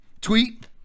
Tweet